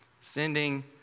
Sending